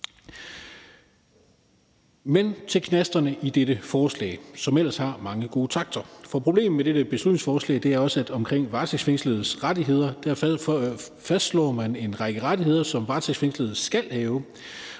gå til knasterne i dette forslag, som ellers har mange gode takter. For problemet med dette beslutningsforslag er også, at omkring varetægtsfængsledes rettigheder fastslår man en række rettigheder, som varetægtsfængslede skal have.